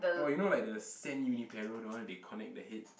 oh you know like the sand uniperal the one they connect the head